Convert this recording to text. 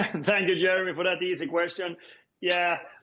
and thank you, jeremy for that easy question yeah